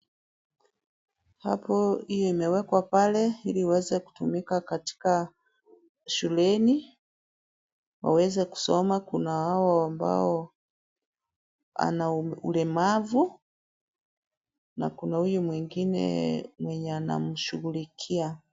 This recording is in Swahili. Hapo hiyo imewekwa pale ili iweze kutumika katika shuleni waweze kusoma kuna hao ambao ana ulemavu na kuna huyu mwengine mwenye anamshughulikia